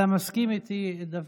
אתה מסכים איתי, דוד,